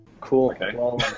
Cool